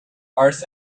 arts